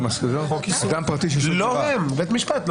לא הם, בית משפט.